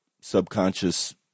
subconscious